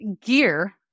gear